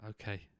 Okay